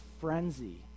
frenzy